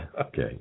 Okay